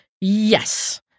Yes